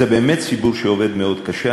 זה באמת ציבור שעובד מאוד קשה,